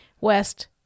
west